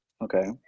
okay